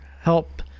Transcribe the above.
help